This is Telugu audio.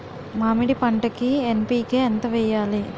మామిడి పంటకి ఎన్.పీ.కే ఎంత వెయ్యాలి?